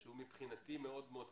שהוא מבחינתי מאוד מאוד קריטי,